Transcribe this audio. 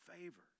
favor